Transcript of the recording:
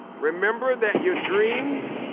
remember that your dreams,